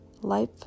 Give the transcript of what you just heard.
Life